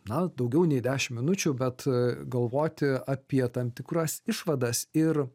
na daugiau nei dešimt minučių bet galvoti apie tam tikras išvadas ir